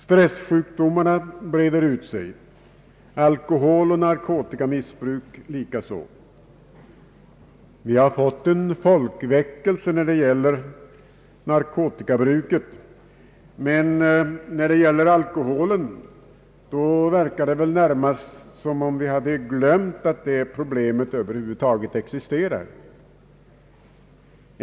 Stressjukdomarna breder ut sig, alkoholoch narkotikamissbruk likaså. Vi har fått en folkväckelse när det gäller narkotikabruket, men vad gäller alkoholen verkar det närmast som om vi hade glömt att problemet över huvud taget existerar.